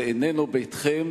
זה איננו ביתכם,